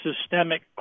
systemic